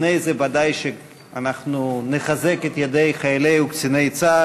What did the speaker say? לפני זה ודאי שאנחנו נחזק את ידי חיילי צה"ל והקצינים,